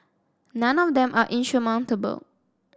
none of them are insurmountable